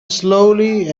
slowly